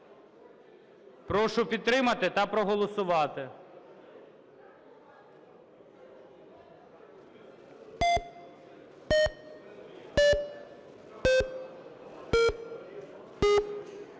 Прошу підтримати та проголосувати.